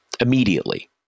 immediately